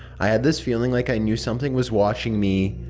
i had this feeling like i knew something was watching me.